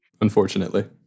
Unfortunately